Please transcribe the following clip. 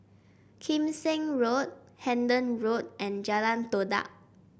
Kim Seng Road Hendon Road and Jalan Todak